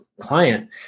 client